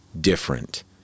different